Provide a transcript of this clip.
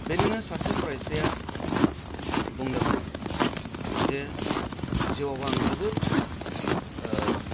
बेनिनो सासे फरायसाया बुंदोंमोन जे जिउआव आं जोबोद